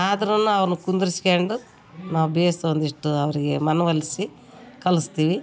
ಆದ್ರುನು ಅವ್ರನ್ನು ಕುಂದುರ್ಸ್ಕೊಂಡು ನಾವು ಭೇಷ್ ಒಂದಿಷ್ಟು ಅವರಿಗೇ ಮನವೊಲಿಸಿ ಕಲಿಸ್ತೀವಿ